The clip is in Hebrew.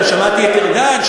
גם שמעתי את ארדן,